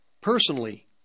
personally